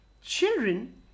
Children